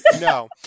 No